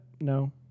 no